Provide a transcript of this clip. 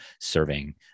serving